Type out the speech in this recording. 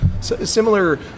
Similar